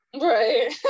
Right